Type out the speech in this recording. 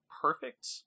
perfect